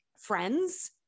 friends